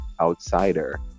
outsider